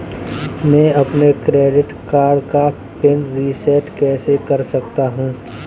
मैं अपने credit card का पिन रिसेट कैसे कर सकता हूँ?